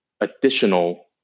additional